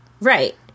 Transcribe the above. Right